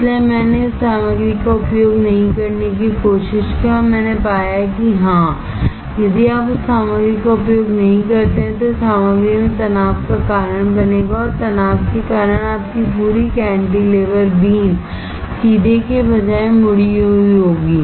इसलिए मैंने उस सामग्री का उपयोग नहीं करने की कोशिश की और मैंने पाया कि हाँ यदि आप उस सामग्री का उपयोग नहीं करते हैं तो यह सामग्री में तनाव का कारण बनेगा और तनाव के कारण आपकी पूरी कैंटीलेवर बीम सीधे के बजाय मुड़ी हुई होगी